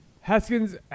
Haskins